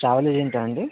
travel ఏజెంటా అండి